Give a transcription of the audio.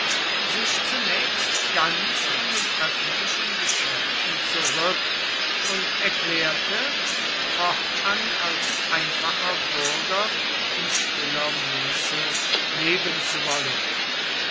sich zunächst ganz von den öffentlichen geschäften zurück und erklärte fortan als einfacher bürger in stiller muße leben zu wollen